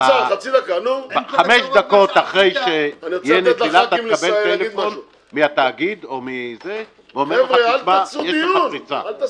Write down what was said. חמש דקות אחרי שתהיה נזילה תקבל טלפון מהתאגיד ויגידו לך שיש לך נזילה.